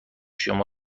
شما